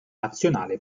nazionale